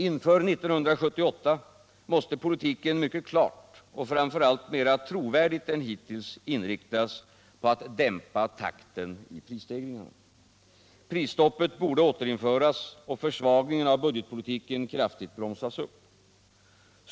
Inför 1978 måste politiken mycket klart och framför allt mera trovärdigt än hittills inriktas på att dämpa takten i prisstegringarna. Prisstoppet borde återinföras och försvagningen av budgetpolitiken kraftigt bromsas upp.